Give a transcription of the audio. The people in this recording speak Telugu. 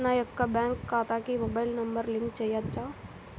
నా యొక్క బ్యాంక్ ఖాతాకి మొబైల్ నంబర్ లింక్ చేయవచ్చా?